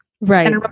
Right